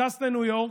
טס לניו יורק,